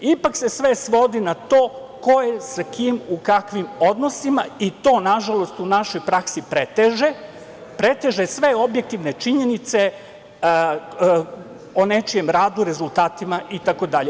Ipak se sve svodi na to ko je sa kim u kakvim odnosima i to, nažalost, u našoj praksi preteže, preteže sve objektivne činjenice o nečijem radu, rezultatima, itd.